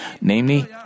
namely